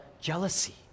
jealousy